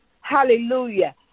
Hallelujah